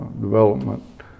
Development